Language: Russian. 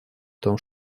том